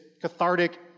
cathartic